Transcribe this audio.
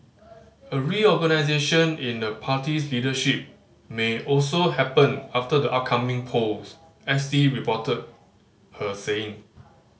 a reorganisation in the party's leadership may also happen after the upcoming polls S T reported her saying